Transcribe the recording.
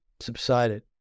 subsided